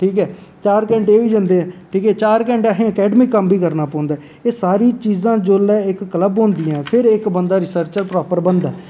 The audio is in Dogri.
ठीक ऐ चार घैंटे एह्बी जंदे ठीक ऐ चार घैंटे असें अकैड़मिक कम्म बी करना पौंदा ऐ एह् सारी चीज़ां जेल्लै इक क्लब होंदियां फिर इक्क बंदा रिसर्चर प्रॉपर बनदा ऐ